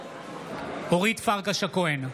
אורית פרקש הכהן,